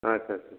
आदसासा